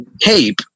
cape